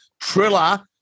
Triller